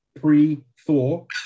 pre-Thor